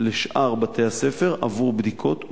לשאר בתי-הספר עבור בדיקות ומדידות.